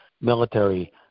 military